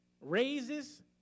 raises